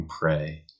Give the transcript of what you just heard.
pray